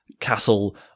castle